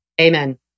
Amen